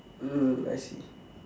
mm I see